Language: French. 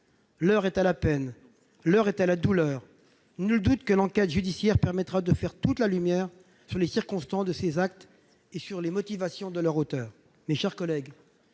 L'heure est à la peine et à la douleur. Nul doute que l'enquête judiciaire permettra de faire toute la lumière sur les circonstances de cet acte et sur les motivations de son auteur. Mes chers collègues,